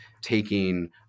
taking